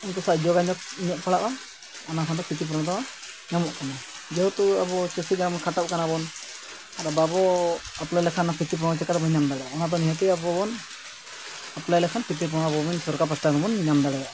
ᱩᱱᱠᱩ ᱥᱟᱞᱟᱜ ᱡᱳᱜᱟᱡᱳᱜᱽ ᱤᱧᱟᱹᱜ ᱯᱟᱲᱟᱜᱼᱟ ᱚᱱᱟ ᱠᱷᱟᱱ ᱫᱚ ᱠᱷᱚᱛᱤ ᱯᱩᱨᱚᱱ ᱫᱚ ᱧᱟᱢᱚᱜ ᱠᱟᱱᱟ ᱡᱮᱦᱮᱛᱩ ᱟᱵᱚ ᱪᱟᱹᱥᱤ ᱡᱟ ᱵᱚᱱ ᱠᱷᱟᱴᱟᱜ ᱠᱟᱱᱟᱵᱚᱱ ᱟᱫᱚ ᱵᱟᱵᱚ ᱮᱯᱞᱟᱭ ᱞᱮᱠᱷᱟᱱ ᱯᱤᱛᱤ ᱯᱩᱨᱚᱵ ᱪᱟᱠᱟᱛᱮ ᱵᱚᱱ ᱧᱟᱢ ᱫᱟᱲᱮᱭᱟᱜᱼᱟ ᱚᱱᱟᱛᱮ ᱱᱤᱦᱟᱹᱛ ᱟᱵᱚ ᱵᱚᱱ ᱮᱯᱞᱟᱭ ᱞᱮᱠᱷᱟᱱ ᱠᱷᱚᱛᱤ ᱯᱩᱨᱚᱱ ᱥᱚᱨᱠᱟᱨ ᱯᱟᱦᱴᱟ ᱠᱷᱚᱱ ᱵᱚᱱ ᱧᱟᱢ ᱫᱟᱲᱮᱭᱟᱜᱼᱟ